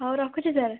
ହେଉ ରଖୁଛି ସାର୍